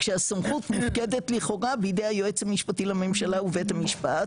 כשהסמכות עומדת לכאורה בידי היועץ המשפטי לממשלה ובית המשפט,